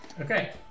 Okay